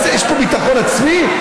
יש פה ביטחון עצמי?